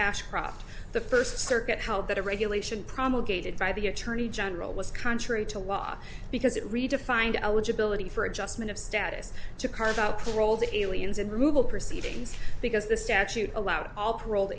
ashcroft the first circuit how that a regulation promulgated by the attorney general was contrary to law because it redefined eligibility for adjustment of status to carve out the role of the aliens in removal proceedings because the statute allowed all paroled